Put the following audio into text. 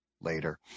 later